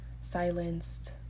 silenced